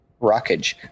Rockage